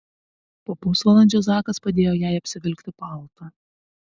po pusvalandžio zakas padėjo jai apsivilkti paltą